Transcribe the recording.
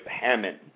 Hammond